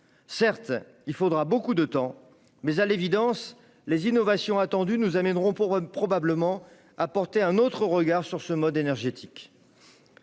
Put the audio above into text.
certes beaucoup de temps, mais à l'évidence, les innovations attendues nous amèneront probablement à porter un autre regard sur ce mode de